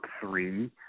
three